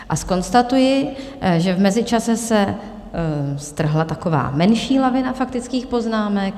A zkonstatuji, že v mezičase se strhla taková menší lavina faktických poznámek.